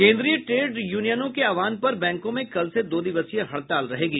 केन्द्रीय ट्रेड यूनियनों के आहवान पर बैंकों में कल से दो दिवसीय हड़ताल रहेगी